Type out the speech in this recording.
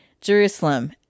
Jerusalem